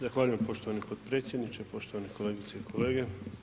Zahvaljujem poštovani potpredsjedniče, poštovane kolegice i kolege.